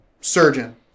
surgeon